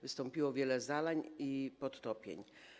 Wystąpiło wiele zalań i podtopień.